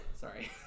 Sorry